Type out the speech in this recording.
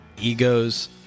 egos